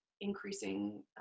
increasing